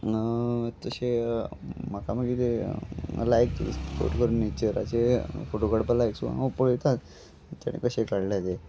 तशें म्हाका मागीर ते लायक फोट करून नेचराचे फोटो काडपा लायक सो हांव पळयतात तेणे कशें काडलें तें